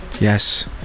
Yes